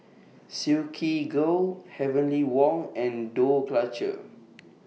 Silkygirl Heavenly Wang and Dough Culture